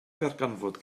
ddarganfod